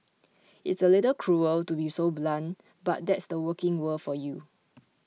it's a little cruel to be so blunt but that's the working world for you